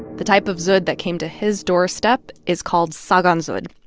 the type of dzud that came to his doorstep is called tsagaan dzud,